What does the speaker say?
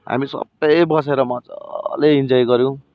हामी सबैले बसेर मज्जाले इन्जोय गऱ्यौँ